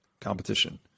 competition